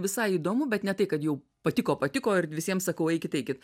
visai įdomu bet ne tai kad jau patiko patiko ir visiem sakau eikit eikit